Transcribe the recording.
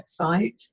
website